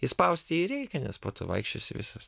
išspausti jį reikia nes po to vaikščiosi visas